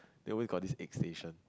they always got this egg station